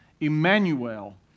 Emmanuel